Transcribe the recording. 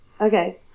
okay